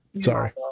Sorry